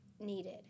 needed